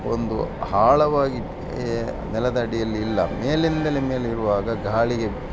ಒಂದು ಆಳವಾಗಿ ನೆಲದಡಿಯಲ್ಲಿ ಇಲ್ಲ ಮೇಲಿಂದಲೇ ಮೇಲೆ ಇರುವಾಗ ಗಾಳಿಗೆ